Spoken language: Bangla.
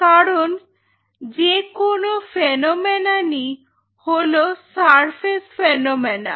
কারণ যেকোন ফেনোমেননই হল সারফেস ফেনোমেনন